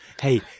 Hey